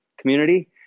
community